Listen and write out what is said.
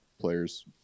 players